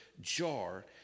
jar